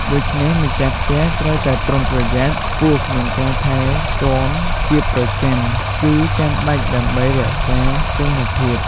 ដូច្នេះ ម្ចាស់ផ្ទះត្រូវតែប្រុងប្រយ័ត្នខ្ពស់ក្នុងការថែទាំជាប្រចាំគឺចាំបាច់ដើម្បីរក្សាគុណភាព។